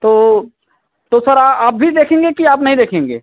तो तो सर आप भी देखेंगे कि आप नहीं देखेंगे